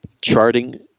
charting